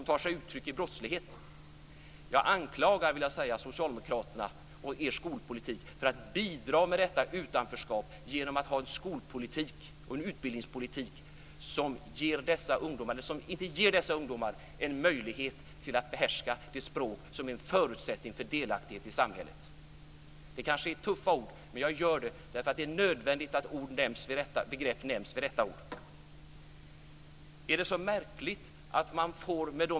Jag anklagar, vill jag säga, socialdemokraterna för att bidra med detta utanförskap genom en skol och utbildningspolitik som inte ger dessa ungdomar möjlighet att behärska det språk som är en förutsättning för delaktighet i samhället. Det kanske är tuffa ord, men jag säger detta därför att det är nödvändigt att begrepp nämns vid rätt namn.